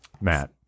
Matt